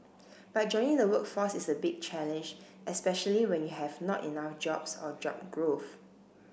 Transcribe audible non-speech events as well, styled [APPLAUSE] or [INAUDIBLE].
[NOISE] but joining the workforce is a big challenge especially when you have not enough jobs or job growth